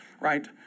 right